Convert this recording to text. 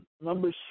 Number